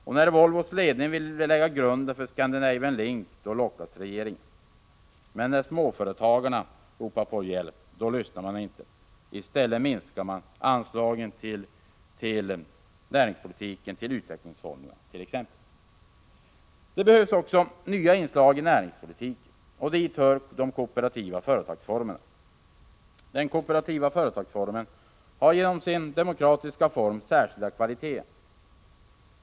Och när Volvos ledning vill lägga grunden för Scandinavian Link lockas regeringen. Men när småföretagen ropar på hjälp lyssnar man inte. I stället minskar man de näringspolitiska anslagen, t.ex. till utvecklingsfonden. Det behövs också nya inslag i näringspolitiken, och dit hör den kooperativa företagsformen. Den kooperativa företagsformen har genom sin demokratiska form särskilda kvaliteter.